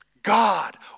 God